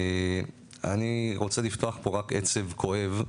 אני רוצה 'לפתוח פה רק עצב כואב',